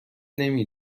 نمی